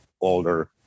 older